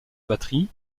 batterie